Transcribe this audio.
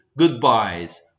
goodbyes